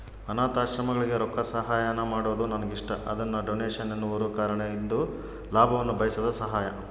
ಅನಾಥಾಶ್ರಮಗಳಿಗೆ ರೊಕ್ಕಸಹಾಯಾನ ಮಾಡೊದು ನನಗಿಷ್ಟ, ಅದನ್ನ ಡೊನೇಷನ್ ಎನ್ನುವರು ಕಾರಣ ಇದು ಲಾಭವನ್ನ ಬಯಸದ ಸಹಾಯ